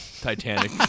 Titanic